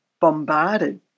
bombarded